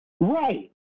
Right